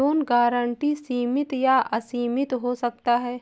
loan guarantee सीमित या असीमित हो सकता है